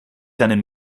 deinen